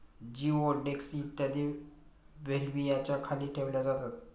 जिओडेक्स इत्यादी बेल्व्हियाच्या खाली ठेवल्या जातात